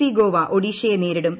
C Goa ഒഡീഷയെ നേരിടും